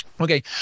okay